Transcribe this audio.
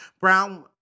Brown